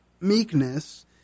meekness